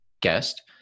guest